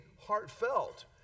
heartfelt